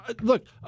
Look